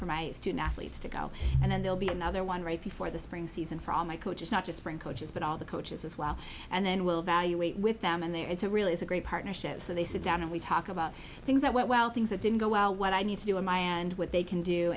for my student athletes to go and then they'll be another one right before the spring season for all my coaches not just from coaches but all the coaches as well and then we'll evaluate with them and they it's a really is a great partnership so they sit down and we talk about things that went well things that didn't go well what i need to do in my and what they can do